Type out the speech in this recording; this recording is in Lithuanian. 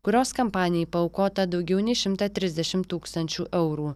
kurios kampanijai paaukota daugiau nei šimtą trisdešim tūkstančių eurų